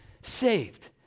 saved